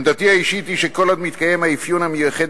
עמדתי האישית היא שכל עוד מתקיים האפיון המייחד